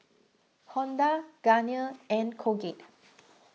Honda Garnier and Colgate